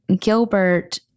Gilbert